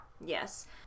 yes